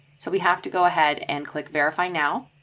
so we have to go ahead and click verify now.